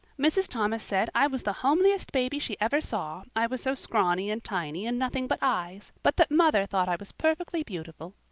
mrs. thomas said i was the homeliest baby she ever saw, i was so scrawny and tiny and nothing but eyes, but that mother thought i was perfectly beautiful.